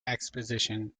exhibition